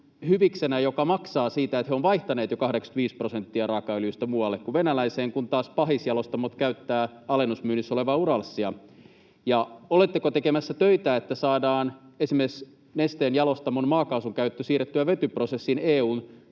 hyviksenä, joka maksaa siitä, että he ovat vaihtaneet jo 85 prosenttia raakaöljystä muualle kuin venäläiseen, kun taas pahisjalostamot käyttävät alennusmyynnissä olevaa Uralsia? Ja oletteko tekemässä töitä, että saadaan esimerkiksi Nesteen jalostamon maakaasunkäyttö siirrettyä vetyprosessiin EU:n